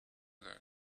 that